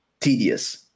tedious